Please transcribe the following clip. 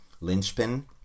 linchpin